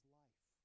life